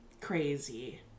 crazy